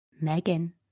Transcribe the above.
Megan